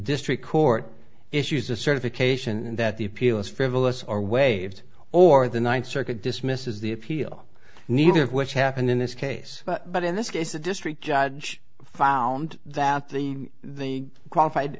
district court issues a certification that the appeal is frivolous or waived or the ninth circuit dismisses the appeal neither of which happened in this case but in this case the district judge found that the the qualified